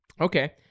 Okay